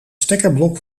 stekkerblok